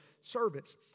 servants